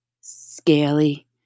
scaly